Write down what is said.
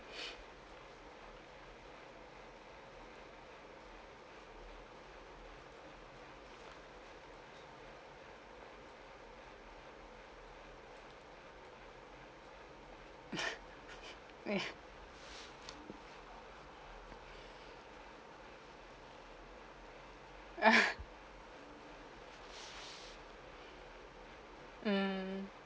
mm